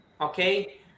okay